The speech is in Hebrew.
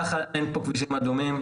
ככה אין פה כבישים אדומים,